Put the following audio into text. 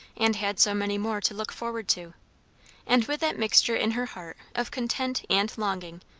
and had so many more to look forward to and with that mixture in her heart of content and longing,